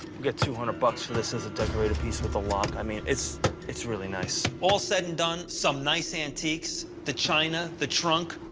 got two hundred bucks for this as a decorated piece with a lock. i mean, it's it's really nice. all said and done, some nice antiques the china, the trunk,